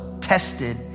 tested